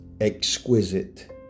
exquisite